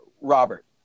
Robert